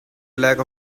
lack